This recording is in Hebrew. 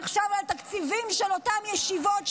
על תקציבים של אותן ישיבות,